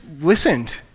listened